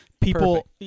people